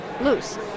loose